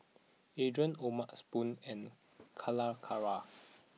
Andre O'ma spoon and Calacara